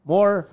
More